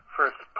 first